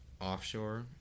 Offshore